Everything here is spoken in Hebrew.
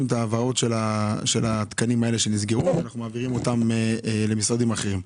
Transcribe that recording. העברות התקנים שמעבירים אותם למשרדים אחרים.